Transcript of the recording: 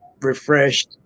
refreshed